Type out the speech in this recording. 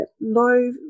low